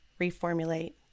reformulate